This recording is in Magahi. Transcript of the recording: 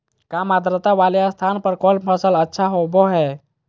काम आद्रता वाले स्थान पर कौन फसल अच्छा होबो हाई?